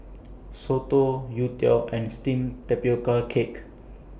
Soto Youtiao and Steamed Tapioca Cake